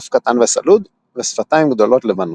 אף קטן וסלוד ושפתיים גדולות לבנות.